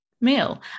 meal